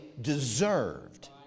deserved